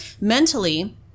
mentally